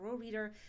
reader